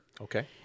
Okay